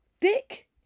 dick